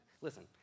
listen